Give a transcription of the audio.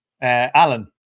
Alan